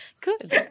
good